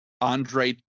andre